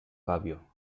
fabio